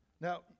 Now